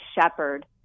shepherd